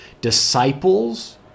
Disciples